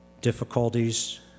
difficulties